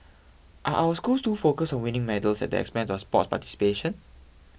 are our school too focused on winning medals at the expense of sport participation